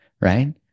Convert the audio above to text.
right